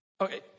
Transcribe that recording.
Okay